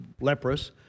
leprous